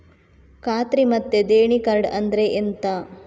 ಖಾತ್ರಿ ಮತ್ತೆ ದೇಣಿ ಕಾರ್ಡ್ ಅಂದ್ರೆ ಎಂತ?